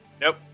Nope